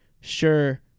sure